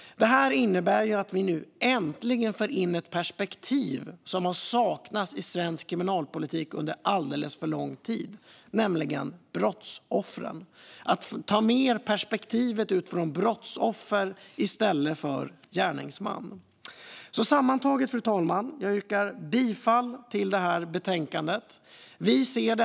Detta innebär att vi nu äntligen för in ett perspektiv som har saknats i svensk kriminalpolitik under alldeles för lång tid, nämligen brottsoffrets. Vi tar med brottsoffrets perspektiv i stället för gärningsmannens. Sammantaget, fru talman, yrkar jag bifall till utskottets förslag.